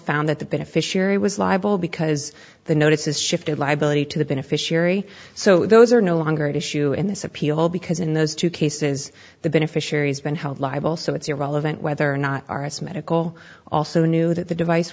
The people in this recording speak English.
found that the beneficiary was liable because the notices shifted liability to the beneficiary so those are no longer at issue in this appeal because in those two cases the beneficiaries been held liable so it's irrelevant whether or not our as medical also knew that the device